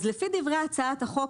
אז לפי דברים הצעת החוק,